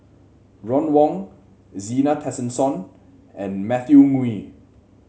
Ron Wong Zena Tessensohn and Matthew Ngui